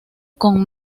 con